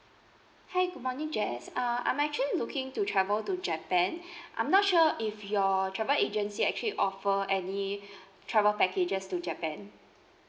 hi good morning jess uh I'm actually looking to travel to japan I'm not sure if your travel agency actually offer any travel packages to japan